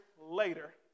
later